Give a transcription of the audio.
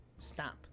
stop